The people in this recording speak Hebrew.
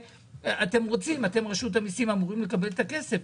אתם, רשות המיסים, אמורים לקבל את הכסף?